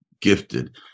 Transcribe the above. gifted